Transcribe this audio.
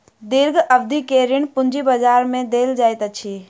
दीर्घ अवधि के ऋण पूंजी बजार में देल जाइत अछि